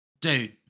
Dude